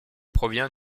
provient